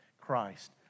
Christ